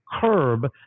curb